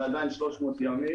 זה עדיין 300 ימים,